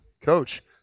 Coach